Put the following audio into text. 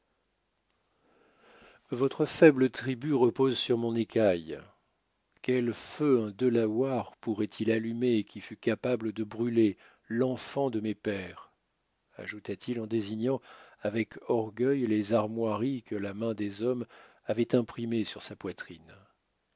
votre faible tribu repose sur mon écaille quel feu un delaware pourrait-il allumer qui fût capable de brûler l'enfant de mes pères ajouta-t-il en désignant avec orgueil les armoiries que la main des hommes avait imprimées sur sa poitrine